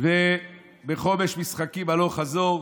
ובחומש משחקים הלוך וחזור.